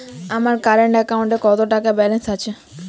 আমার কারেন্ট অ্যাকাউন্টে কত টাকা ব্যালেন্স আছে?